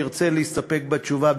תרצה להסתפק בתשובה,